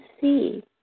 see